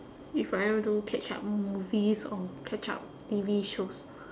if I want to catch up movies or catch up T_V shows